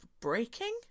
Breaking